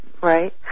Right